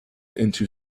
into